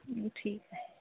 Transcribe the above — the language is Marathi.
ठीक आहे